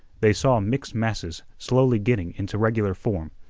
they saw mixed masses slowly getting into regular form.